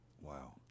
Wow